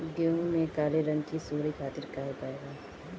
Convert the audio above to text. गेहूँ में काले रंग की सूड़ी खातिर का उपाय बा?